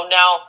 now